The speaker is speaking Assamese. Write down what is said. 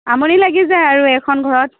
আমনি লাগি যায় আৰু এইখন ঘৰত